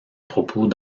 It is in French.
propos